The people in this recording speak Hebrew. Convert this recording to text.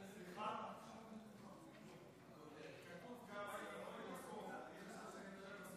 סליחה, כתוב גם איימן עודה